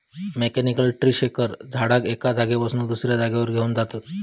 mechanical tree shaker झाडाक एका जागेपासना दुसऱ्या जागेवर घेऊन जातत